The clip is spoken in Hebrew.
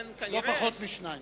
לא פחות משניים.